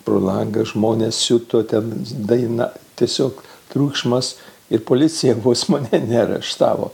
pro langą žmonės siuto ten daina tiesiog triukšmas ir policija vos mane ne areštavo